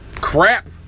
crap